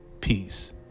peace